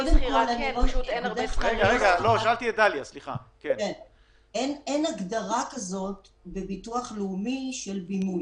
אין בביטוח לאומי הגדרה כזאת "בימוי",